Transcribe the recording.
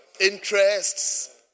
interests